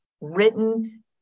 written